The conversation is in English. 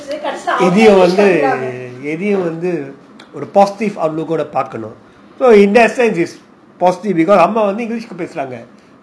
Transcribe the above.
கடைசிலஅவங்கஇங்கிலிஷ்கத்துக்குறாங்க:kadasila avanga english kathukuranga so in that sense is positive because